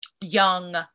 young